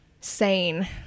sane